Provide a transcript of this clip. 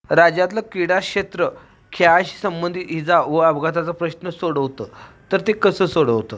राज्यातलं क्रीडाक्षेत्र खेळाशी संबंधित इजा व अपघाताचा प्रश्न सोडवतं तर ते कसं सोडवतं